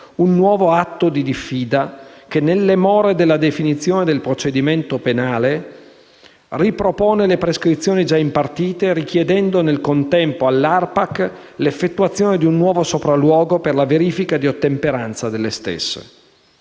un nuovo atto di diffida che, nelle more della definizione del procedimento penale, ripropone le prescrizioni già impartite, richiedendo nel contempo all'ARPAC l'effettuazione di un nuovo sopralluogo per la verifica di ottemperanza delle stesse.